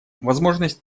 возможность